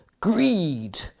greed